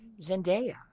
Zendaya